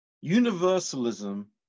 universalism